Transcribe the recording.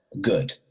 good